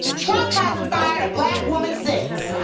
trump hasn't fired a black woman since.